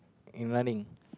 in running